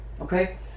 Okay